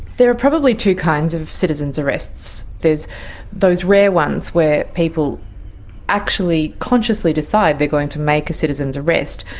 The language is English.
there are probably two kinds of citizen's arrest. there's those rare ones where people actually consciously decide they are going to make a citizen's arrest,